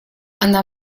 она